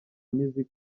music